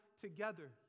together